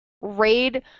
Raid